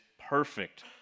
perfect